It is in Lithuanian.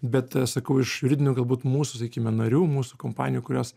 bet sakau iš juridinių galbūt mūsų sakykime narių mūsų kompanijų kurios